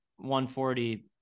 140